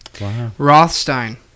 rothstein